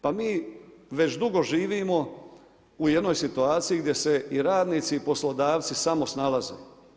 Pa mi već dugo živimo u jednoj situaciji gdje se i radnici, poslodavci samo snalaze.